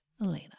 Elena